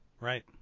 Right